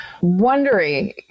wondering